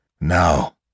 Now